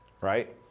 right